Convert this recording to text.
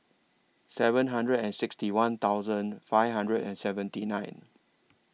seven hundred and sixty one thousand five hundred and seventy nine